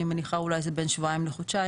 אני מניחה שאולי זה בין שבועיים לחודשיים,